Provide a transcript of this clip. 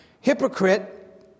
hypocrite